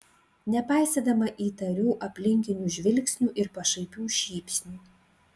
nepaisydama įtarių aplinkinių žvilgsnių ir pašaipių šypsnių